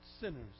sinners